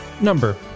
Number